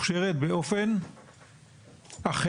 אפילו בחורף,